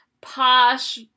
posh